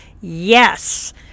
Yes